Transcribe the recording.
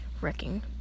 wrecking